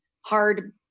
hard